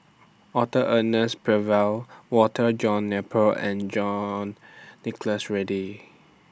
Arthur Ernest Percival Walter John Napier and John Nicholas Ridley